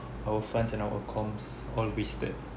our funds our accoms all wasted